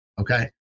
okay